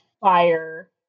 fire